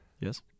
Yes